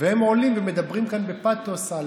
והם עולים ומדברים כאן בפתוס על